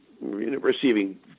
receiving